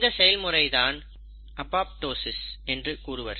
இந்த செயல்முறை தான் அபாப்டோசிஸ் என்று கூறுவர்